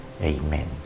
Amen